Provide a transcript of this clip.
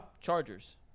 Chargers